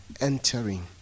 Entering